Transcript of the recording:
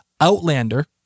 Outlander